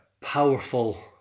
powerful